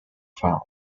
found